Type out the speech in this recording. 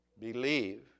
Believe